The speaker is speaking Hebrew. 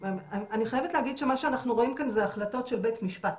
אני חייבת להגיד שמה שאנחנו רואים כאן זה החלטות של בית המשפט.